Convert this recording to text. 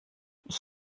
ich